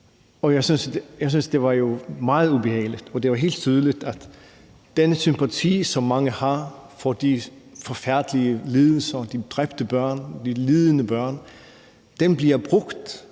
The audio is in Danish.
jeg syntes, at det var meget ubehageligt. Det var helt tydeligt, at den sympati, som mange har i forbindelse med de forfærdelige lidelser og de dræbte og lidende børn, bliver brugt